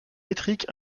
métriques